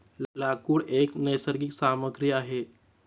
लाकूड एक नैसर्गिक सामग्री आहे